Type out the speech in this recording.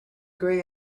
grey